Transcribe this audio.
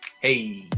hey